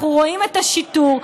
אנחנו רואים את השיטור,